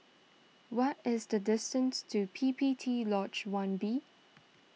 what is the distance to P P T Lodge one B